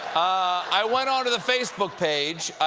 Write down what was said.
i went on to the facebook page.